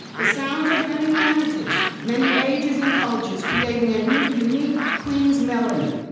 the sounds of many languages, many ages and cultures creating a unique unique queens melody.